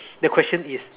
the question is